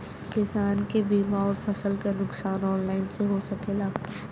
किसान के बीमा अउर फसल के नुकसान ऑनलाइन से हो सकेला?